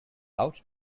out